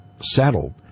saddled